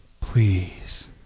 please